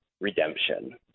redemption